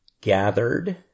gathered